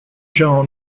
general